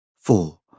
Four